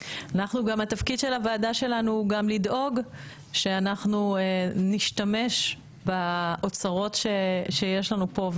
התפקיד של הוועדה שלנו הוא גם לדאוג שאנחנו נשתמש באוצרות שיש לנו פה,